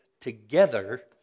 together